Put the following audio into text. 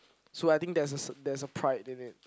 so I think there's a there's a pride in it